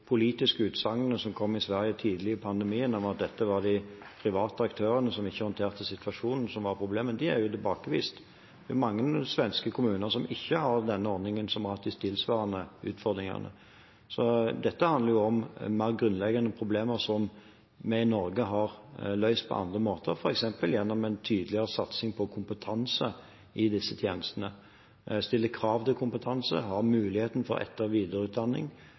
private aktørene som ikke håndterte situasjonen – det er tilbakevist. Det er mange svenske kommuner som ikke har denne ordningen, som har hatt tilsvarende utfordringer. Dette handler om mer grunnleggende problemer som vi i Norge har løst på andre måter, f.eks. gjennom en tydeligere satsing på kompetanse i disse tjenestene: stille krav til kompetanse, ha mulighet for etter- og videreutdanning,